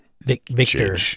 victor